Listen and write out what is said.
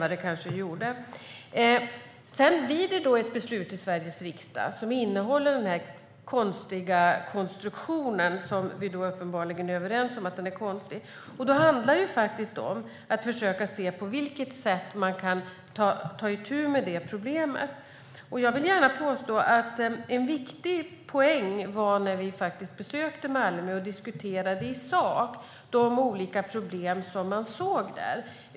Det blir ett beslut i Sveriges riksdag som innehåller den konstruktion som vi uppenbarligen är överens om är konstig. Det handlar om att försöka se på vilket sätt man kan ta itu med det problemet. Jag vill påstå att det var en viktig poäng när vi besökte Malmö och i sak diskuterade de viktiga problem man ser där.